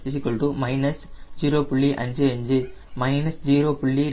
55 minus 0